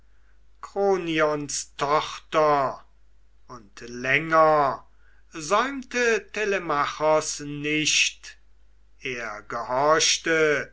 kronions tochter und länger säumte telemachos nicht er gehorchte